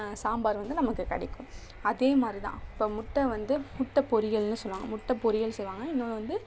சாம்பார் வந்து நமக்கு கிடைக்கும் அதேமாதிரி தான் இப்போ முட்டை வந்து முட்டை பொரியல்ன்னு சொல்லுவாங்க முட்டைப்பொரியல் சொல்லுவாங்க இன்னோன்னு வந்து